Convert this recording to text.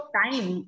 time